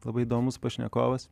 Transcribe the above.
labai įdomus pašnekovas